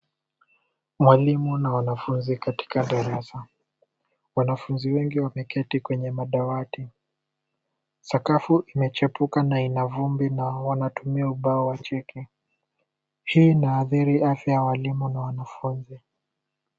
Mwalimu na wanafunzi katika darasa. Wanafunzi wengi wameketi kwenye madawati. Sakafu imechafuka na ina vumbi na wanatumia ubao wa cheki. Hii inaadhiri afya ya walimu na wanafunzi.